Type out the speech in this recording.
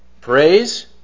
praise